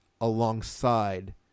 alongside